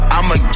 I'ma